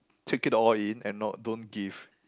take it all in and not don't give